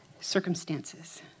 circumstances